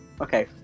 Okay